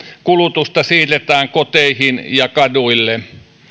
kulutusta siirretään koteihin ja kaduille